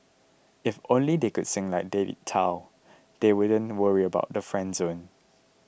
if only they could sing like David Tao they wouldn't worry about the friend zone